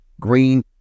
green